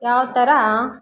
ಯಾವ ಥರ